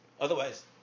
Otherwise